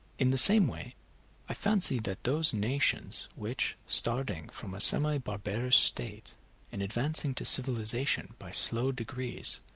in the same way i fancied that those nations which, starting from a semi-barbarous state and advancing to civilization by slow degrees,